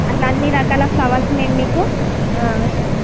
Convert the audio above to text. అట్లా అన్ని రకాల ఫ్లవర్స్ మేము మీకు